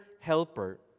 helper